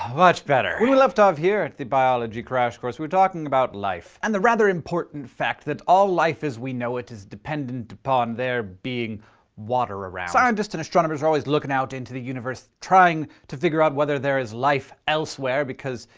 ah much better. when we left off here at the biology crash course, we were talking about life and the rather important fact that all life as we know it is dependent upon there being water around. scientists and astronomers are always looking out into the universe trying to figure out whether there is life elsewhere because,